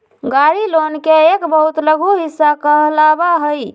गाड़ी लोन के एक बहुत लघु हिस्सा कहलावा हई